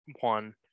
one